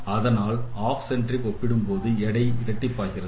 அதனால் ஆப் சென்ரிக் ஒப்பிடும் போது எடைகள் இரட்டிப்பாகிறது